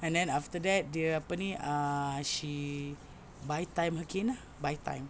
and then after that dia apa ni uh she buy time again ah buy time